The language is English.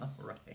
Right